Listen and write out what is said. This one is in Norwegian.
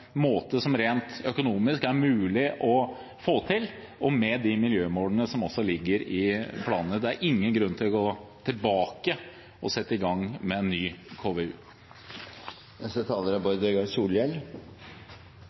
måte som rent økonomisk er mulig å få til, og med de miljømålene som også ligger i planene. Det er ingen grunn til å gå tilbake og sette i gang med en ny